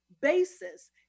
basis